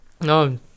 No